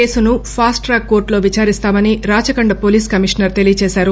కేసును fast track కోర్టులో విచారిస్తామని రాచకొండ పోలీసు కమిషనర్ తెలియజేశారు